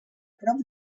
prop